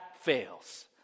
fails